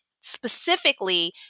specifically